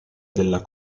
della